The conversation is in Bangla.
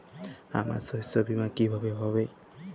আমার শস্য বীমা কিভাবে হবে?